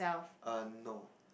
err no